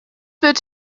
wird